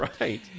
Right